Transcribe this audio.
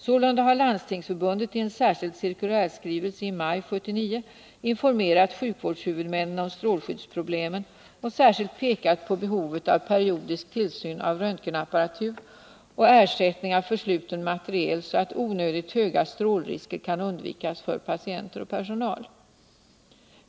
Sålunda har Landstingsförbundet i en särskild cirkulärskrivelse i maj 1979 informerat sjukvårdshuvudmännen om strålskyddsproblemen och särskilt pekat på behovet av periodisk tillsyn av röntgenapparatur och ersättning av försliten material så att onödigt höga strålrisker kan undvikas för patienter och personal.